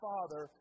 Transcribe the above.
Father